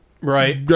Right